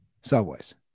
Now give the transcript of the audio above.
Subways